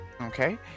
Okay